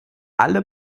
alle